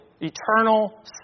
eternal